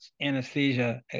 anesthesia